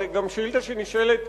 פה זו שאילתא שנשאלה,